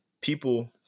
people